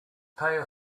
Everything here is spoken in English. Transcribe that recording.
pay